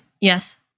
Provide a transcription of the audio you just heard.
Yes